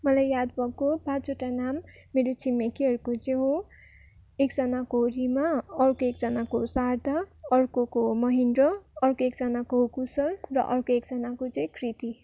मलाई याद भएको पाँचवटा नाम मेरो छिमेकीहरूको चाहिँ हो एकजनाको रिमा अर्को एकजनाको शारदा अर्कोको महेन्द्र अर्को एकजनाको कुशल र अर्को एकजनाको चाहिँ कृति